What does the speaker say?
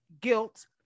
guilt